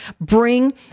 bring